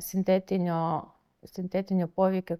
sintetinio sintetinių poveikių